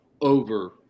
over